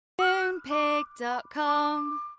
Moonpig.com